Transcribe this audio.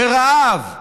ברעב,